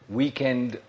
weekend